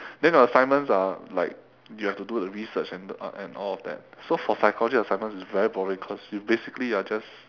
then your assignments are like you have to do the research and the uh and all of that so for psychology assignments is very boring because you basically you are just